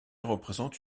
représente